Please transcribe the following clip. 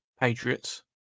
Patriots